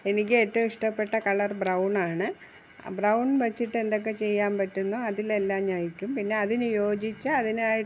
എനിക്ക് ഏറ്റവും ഇഷ്ടപ്പെട്ട കളർ ബ്രൗണാണ് ആ ബ്രൗൺ വച്ചിട്ട് എന്തൊക്കെ ചെയ്യാൻ പറ്റുന്നോ അതിൽ എല്ലാം ഞാൻ അയക്കും പിന്നെ അതിന് യോജിച്ച അതിനായിട്ട്